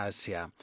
Asia